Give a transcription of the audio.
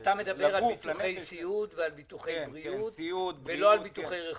אתה מדבר על ביטוחי סיעוד ועל ביטוחי בריאות ולא על ביטוחי רכוש.